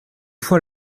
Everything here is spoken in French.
fois